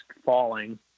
falling